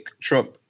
Trump